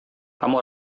kamu